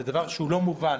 זה דבר לא מובן.